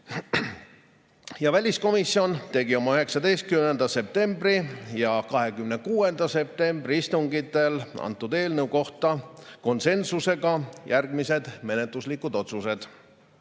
Väliskomisjon tegi oma 19. septembri ja 26. septembri istungitel eelnõu kohta konsensusega järgmised menetluslikud otsused: